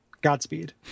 Godspeed